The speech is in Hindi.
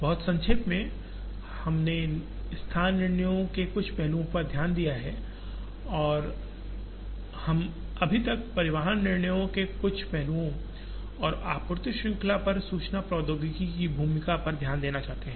बहुत संक्षेप में हमने स्थान निर्णयों के कुछ पहलुओं पर ध्यान दिया है और हम अभी तक परिवहन निर्णयों के कुछ पहलुओं और आपूर्ति श्रृंखला पर सूचना प्रौद्योगिकी की भूमिका पर ध्यान देना चाहते हैं